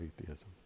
atheism